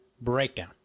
breakdown